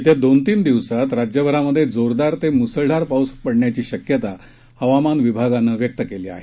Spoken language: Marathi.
येत्या दोन तीन दिवसांत राज्यभरात जोरदार ते म्सळधार पाऊस पडण्याची शक्यता हवामान विभागानं व्यक्त केली आहे